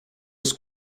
was